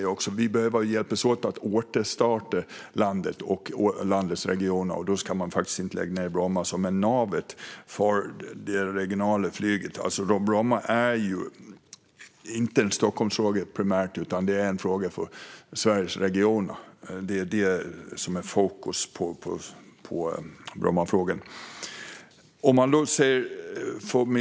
Vi behöver hjälpas åt att återstarta landet och landets regioner, och då ska man faktiskt inte lägga ned Bromma, som är navet för det regionala flyget. Bromma är inte primärt en Stockholmsfråga, utan det är en fråga för Sveriges regioner. Det är det som är Brommafrågans fokus. Brommas fördelar jämfört med Arlanda lyfts nästan aldrig fram.